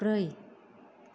ब्रै